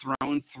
thrown